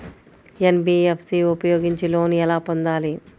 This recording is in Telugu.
ఎన్.బీ.ఎఫ్.సి ఉపయోగించి లోన్ ఎలా పొందాలి?